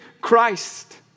Christ